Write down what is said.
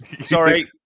Sorry